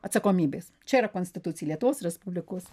atsakomybės čia yra konstitucija lietuvos respublikos